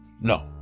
No